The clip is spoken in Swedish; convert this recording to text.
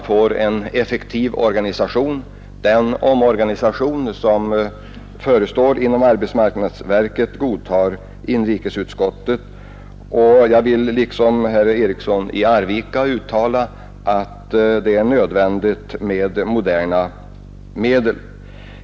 Inrikesutskottet godtar den omorganisation som förestår inom arbetsmarknadsverket. Liksom herr Eriksson i Arvika vill jag uttala att det är nödvändigt med en modern organisation.